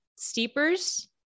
steepers